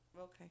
Okay